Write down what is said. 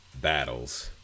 battles